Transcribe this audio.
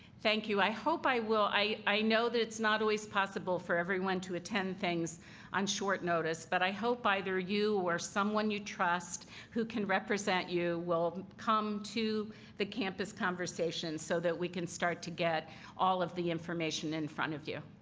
thank you. i hope i will i know that it's not always possible for everyone to attend things on short notice, but i hope either you or someone you trust who can represent you will come to the campus conversation so that we can start to get all of the information in front of you.